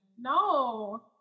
No